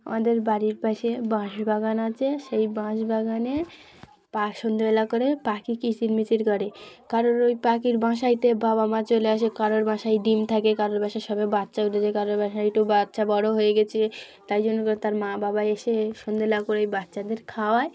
আমাদের বাড়ির পাশে বাঁশবাগান আছে সেই বাঁশবাগানে পা সন্ধেবেলা করে পাখি কিচিরমিচির করে কারোর ওই পাখির বাসাতে বাবা মা চলে আসে কারোর বাসায় ডিম থাকে কারোর বাসায় সবে বাচ্চা উঠেছে কারোর বাসায় একটু বাচ্চা বড় হয়ে গিয়েছে তাই জন্য করে তার মা বাবা এসে সন্ধেবেলা করে ওই বাচ্চাদের খাওয়ায়